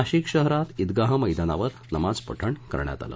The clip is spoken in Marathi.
नाशिक शहरात ईदगाह मैदानावर नमाज पठण करण्यात आलं